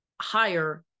higher